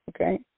Okay